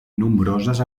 nombroses